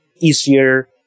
easier